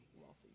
wealthy